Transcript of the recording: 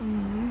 mmhmm